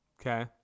Okay